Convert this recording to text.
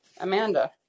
Amanda